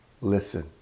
Listen